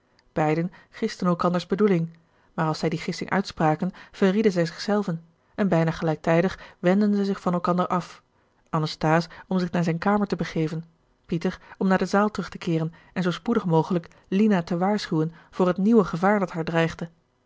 beiden gisten elkanders bedoeling maar als zij die gissing uitspraken verrieden zij zich zelven en bijna gelijktijdig wendden zij zich van elkander af anasthase om zich naar zijne kamer te begeven pieter om naar de zaal terug te keeren en zoo spoedig mogelijk lina te waarschuwen voor het nieuwe gevaar dat haar dreigde